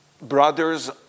Brothers